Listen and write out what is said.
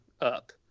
up